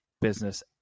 business